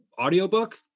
audiobook